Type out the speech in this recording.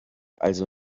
also